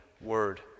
Word